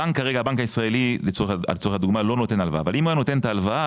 הבנק הישראלי לצורך הדוגמה לא נותן הלוואה אבל לו היה נותן הלוואה,